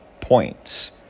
points